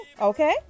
okay